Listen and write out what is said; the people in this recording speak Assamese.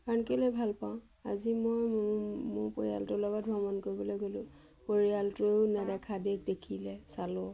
কাৰণ কেলে ভাল পাওঁ আজি মই মোৰ পৰিয়ালটোৰ লগত ভ্ৰমণ কৰিবলৈ গ'লোঁ পৰিয়ালটোৱেও নেদেখা দেশ দেখিলে চালোঁ